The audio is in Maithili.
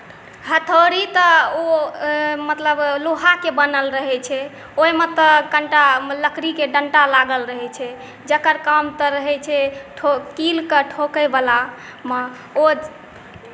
हथौड़ी तऽ ओ मतलब लोहाके बनल रहैत छै ओहिमे तऽ कनिटा लकड़ीके डण्डा लागल रहैत छै जकर काम तऽ रहै छै कीलकेँ ठोकयवलामे ओ